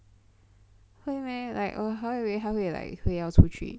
是 meh 我还以为他会 like 出去